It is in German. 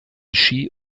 ski